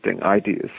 ideas